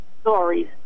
stories